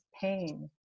pain